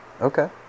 Okay